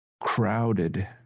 crowded